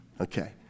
Okay